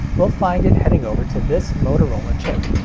we'll find it heading over to this motorola chip.